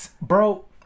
bro